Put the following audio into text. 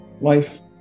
life